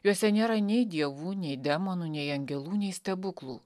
juose nėra nei dievų nei demonų nei angelų nei stebuklų